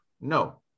No